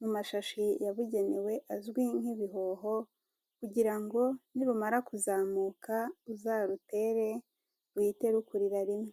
mu mashashi yabugenewe azwi nk'ibihoho kugira ngo nirumara kuzamuka uzarutere ruhite rukurira rimwe.